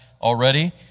already